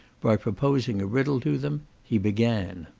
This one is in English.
by proposing a riddle to them, he began.